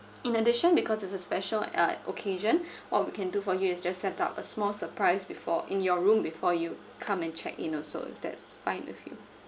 in addition because this is special uh occasion what we can do for you is just set up a small surprise before in your room before you come and check in also if that's fine with you